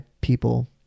people